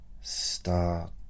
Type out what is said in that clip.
start